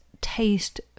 taste